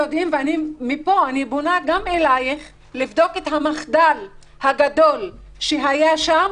מפה אני פונה גם אליך לבדוק את המחדל הגדול שהיה שם,